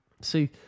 See